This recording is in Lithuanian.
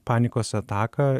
panikos ataką